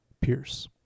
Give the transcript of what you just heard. Pierce